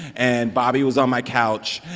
and bobby was on my couch.